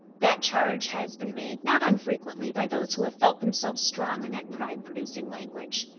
that charge has been made not unfrequently by those who have felt themselves strong in that pride-producing language.